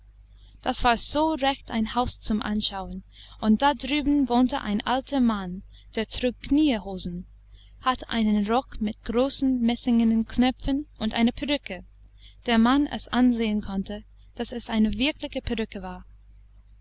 das war so recht ein haus zum anschauen und da drüben wohnte ein alter mann der trug knieehosen hatte einen rock mit großen messingenen knöpfen und eine perücke der man es ansehen konnte daß es eine wirkliche perücke war